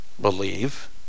believe